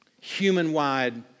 human-wide